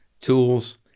tools